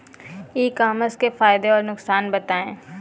ई commerce के फायदे और नुकसान बताएँ?